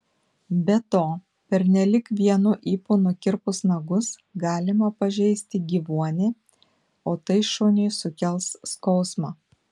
be to pernelyg vienu ypu nukirpus nagus galima pažeisti gyvuonį o tai šuniui sukels skausmą